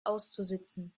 auszusitzen